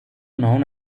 known